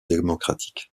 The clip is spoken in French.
démocratique